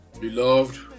Beloved